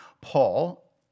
Paul